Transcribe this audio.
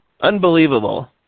Unbelievable